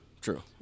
True